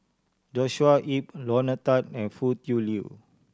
Joshua Ip Lorna Tan and Foo Tui Liew